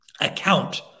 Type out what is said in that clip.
account